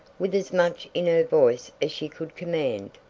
with as much in her voice as she could command.